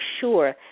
sure